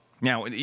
Now